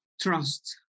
trust